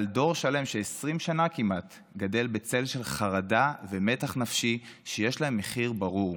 על דור שלם ש-20 שנה כמעט גדל בצל של חרדה ומתח נפשי שיש להם מחיר ברור.